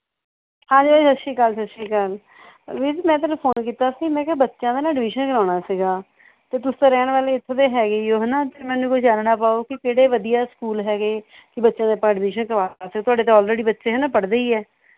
ਹਾਂਜੀ ਹਾਂਜੀ ਸਤਿ ਸ਼੍ਰੀ ਅਕਾਲ ਸਤਿ ਸ਼੍ਰੀ ਅਕਾਲ ਵੀਰ ਜੀ ਮੈਂ ਤੁਹਾਨੂੰ ਫ਼ੋਨ ਕੀਤਾ ਸੀ ਮੈਂ ਕਿਹਾ ਬੱਚਿਆਂ ਦਾ ਨਾ ਐਡਮੀਸ਼ਨ ਕਰਵਾਉਣਾ ਸੀ ਅਤੇ ਤੁਸੀਂ ਤਾਂ ਰਹਿਣ ਵਾਲੇ ਇੱਥੋਂ ਦੇ ਹੈਗੇ ਹੀ ਹੋ ਹੈ ਨਾ ਅਤੇ ਮੈਨੂੰ ਕੋਈ ਚਾਨਣਾ ਪਾਓ ਕਿ ਕਿਹੜੇ ਵਧੀਆ ਸਕੂਲ ਹੈਗੇ ਕਿ ਬੱਚਿਆਂ ਦਾ ਆਪਾਂ ਐਡਮੀਸ਼ਨ ਕਰਵਾ ਸਕਦੇ ਤੁਹਾਡੇ ਤਾਂ ਔਲਰੇਡੀ ਬੱਚੇ ਨਾ ਪੜ੍ਹਦੇ ਹੀ ਹੈ